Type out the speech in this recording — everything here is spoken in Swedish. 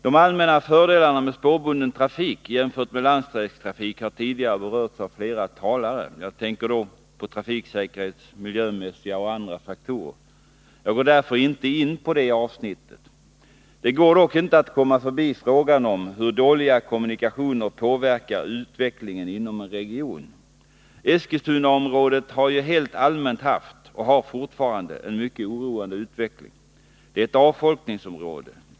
De allmänna fördelarna med spårbunden trafik jämfört med landsvägstrafik har tidigare berörts av flera talare. Jag tänker då på trafiksäkerhetsoch miljömässiga samt andra faktorer. Jag går därför inte in på det avsnittet. Det går dock inte att komma förbi frågan om hur dåliga kommunikationer påverkar utvecklingen inom en region. Eskilstunaområdet har ju helt allmänt haft — och har fortfarande — en mycket oroande utveckling. Det är ett avfolkningsområde.